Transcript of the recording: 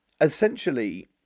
essentially